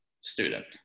student